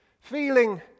feeling